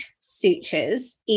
sutures